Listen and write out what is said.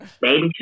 Baby